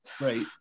right